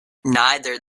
neither